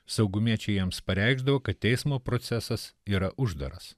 saugumiečiai jiems pareikšdavo kad teismo procesas yra uždaras